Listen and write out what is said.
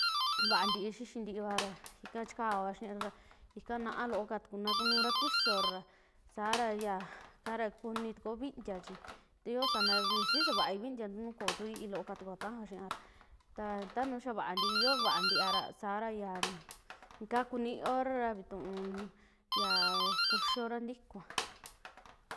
Vaa ntii xixintia vara ika chikaoa xiira ra ikaa naa loo katuku na kunura kuisora sa ra ya yakara kunitukuo vintia chi ta yoo sana xixiovai vintia nuu koo tuu iíloo katukua tajoo xiiya ra ta nuu xaa vaatii, yoo vaa ntiiya ra sara yaa ikaa kuniiora vituuu yaa kuxiora ntikua.